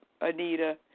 Anita